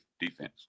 defense